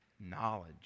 knowledge